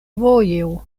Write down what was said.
vojo